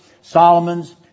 Solomon's